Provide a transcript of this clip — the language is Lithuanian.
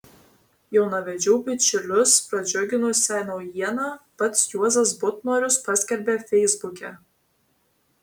jaunavedžių bičiulius pradžiuginusią naujieną pats juozas butnorius paskelbė feisbuke